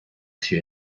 się